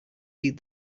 feed